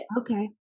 Okay